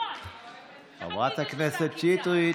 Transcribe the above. חברת הכנסת שטרית.